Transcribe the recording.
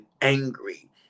angry